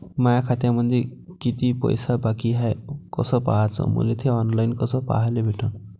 माया खात्यामंधी किती पैसा बाकी हाय कस पाह्याच, मले थे ऑनलाईन कस पाह्याले भेटन?